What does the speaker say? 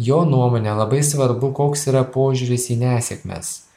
jo nuomone labai svarbu koks yra požiūris į nesėkmes